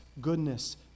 goodness